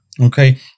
Okay